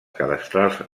cadastrals